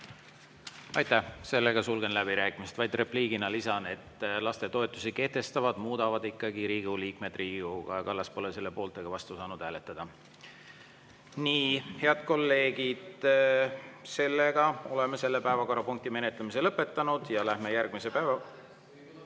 Aitäh! Aitäh! Sulgen läbirääkimised. Vaid repliigina lisan, et lastetoetusi kehtestavad ja muudavad ikkagi Riigikogu liikmed, Riigikogu. Kaja Kallas pole selle poolt ega vastu saanud hääletada. Nii, head kolleegid, oleme selle päevakorrapunkti menetlemise lõpetanud ja lähme järgmise päeva